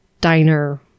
diner